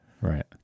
right